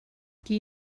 qui